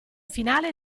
finale